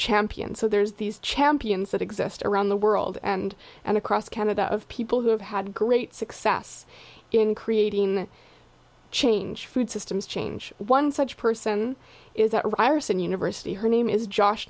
champion so there's these champions that exist around the world and and across canada of people who have had great success in creating change food systems change one such person is that ryerson university her name is josh